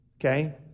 okay